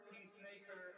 Peacemaker